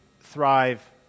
thrive